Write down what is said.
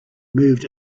moved